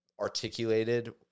articulated